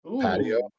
patio